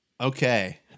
Okay